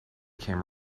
came